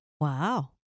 Wow